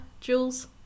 Jules